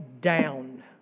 down